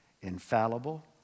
infallible